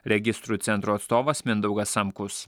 registrų centro atstovas mindaugas samkus